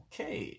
Okay